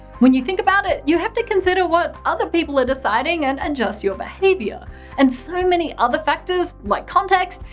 when you think about it, you have to consider what other people are deciding and adjust your behaviour and so many other factors, like context,